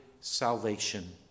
salvation